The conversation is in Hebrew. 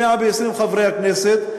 120 חברי הכנסת,